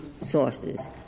sources